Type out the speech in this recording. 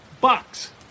Bucks